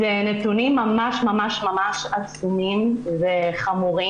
אלה נתונים ממש ממש ממש עצומים וחמורים,